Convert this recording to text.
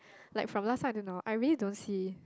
like from last time I don't know I really don't see